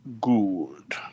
Good